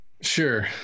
Sure